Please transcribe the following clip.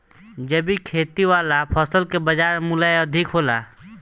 जैविक खेती वाला फसल के बाजार मूल्य अधिक होला